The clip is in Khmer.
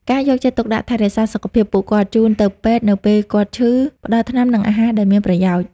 ការយកចិត្តទុកដាក់ថែរក្សាសុខភាពពួកគាត់ ជូនទៅពេទ្យនៅពេលគាត់ឈឺ ផ្តល់ថ្នាំ និងអាហារដែលមានប្រយោជន៍។